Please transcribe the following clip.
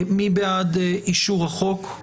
מי בעד אישור החוק?